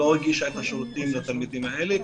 לא הגישה את השירותים לתלמידים האלה.